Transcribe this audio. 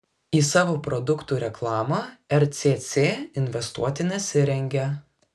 į savo produktų reklamą rcc investuoti nesirengia